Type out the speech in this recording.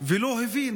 ולא הבין